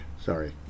Sorry